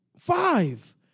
five